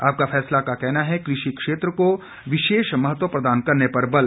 आपका फैसला का कहना है कृषि क्षेत्र को विशेष महत्व प्रदान करने पर बल